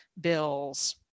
bills